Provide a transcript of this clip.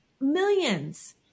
millions